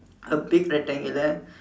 a big rectangular